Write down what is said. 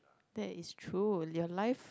that is true your life